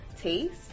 taste